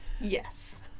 Yes